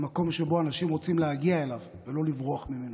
מקום שאנשים רוצים להגיע אליו ולא לברוח ממנו.